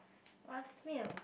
last meal